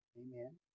Amen